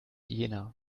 jena